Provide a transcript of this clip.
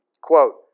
Quote